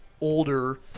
older